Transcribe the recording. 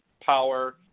power